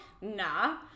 nah